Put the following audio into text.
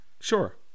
sure